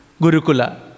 gurukula